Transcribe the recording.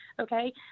Okay